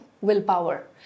Willpower